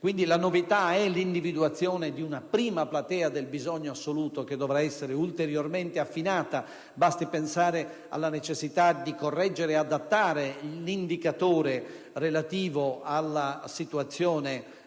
un lato, dall'individuazione di una prima platea del bisogno assoluto, che dovrà essere ulteriormente affinata (basti pensare alla necessità di correggere e adattare l'indicatore relativo alla situazione